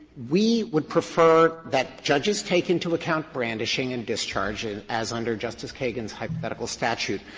we would prefer that judges take into account brandishing and discharging as under justice kagan's hypothetical statute,